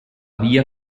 via